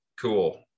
cool